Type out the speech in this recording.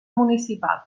municipal